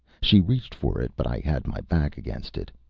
she reached for it, but i had my back against it.